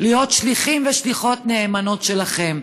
להיות שליחים ושליחות נאמנות שלכם.